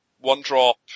one-drop